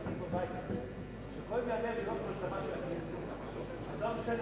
בבית הזה, הצעות לסדר, זה לא מעניין